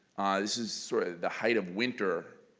this is sort of the height of winter,